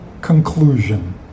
conclusion